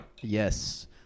Yes